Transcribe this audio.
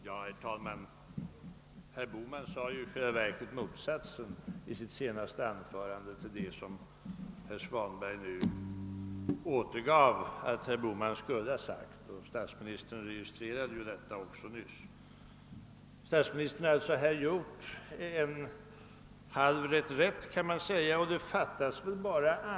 Herr talman! Herr Bohman sade i sitt senaste anförande i själva verket motsatsen till det som herr Svanberg nu påstått att herr Bohman skulle ha sagt. Statsministern registrerade också detta nyss.